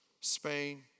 Spain